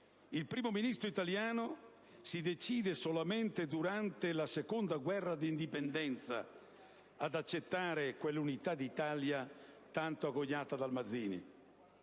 il Primo Ministro sabaudo si decise solamente durante la Seconda guerra d'indipendenza ad accettare quell'unità d'Italia tanto agognata da Mazzini.